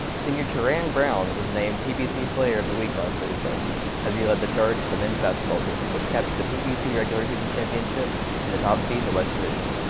senior troran brown was named p b c player of the week last thursday as he led the charge for the men's basketball team, which captured the p b c regular season championship and the top seed in the west division.